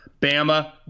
Bama